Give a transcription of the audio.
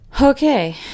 Okay